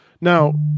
now